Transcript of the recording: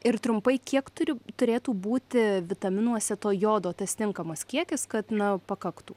ir trumpai kiek turi turėtų būti vitaminuose to jodo tas tinkamas kiekis kad na pakaktų